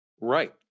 right